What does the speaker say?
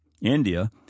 India